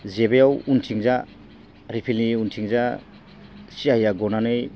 जेबायाव उनथिं रिफेलनि उनथिंजा सिआयआ गनानै